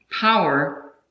power